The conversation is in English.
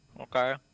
Okay